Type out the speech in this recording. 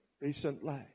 Recently